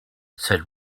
said